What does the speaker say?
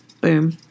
Boom